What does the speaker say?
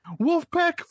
Wolfpack